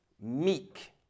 meek